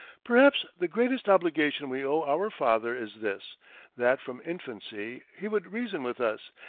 perhaps the greatest obligation we owe our father is this that, from infancy, he would reason with us,